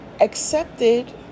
accepted